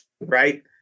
Right